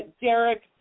Derek